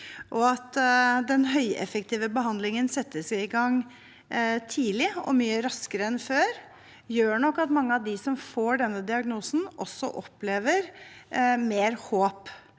den høyeffektive behandlingen settes i gang tidlig og mye raskere enn før, gjør nok at mange av dem som får denne diagnosen, opplever mer håp